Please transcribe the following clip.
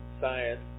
science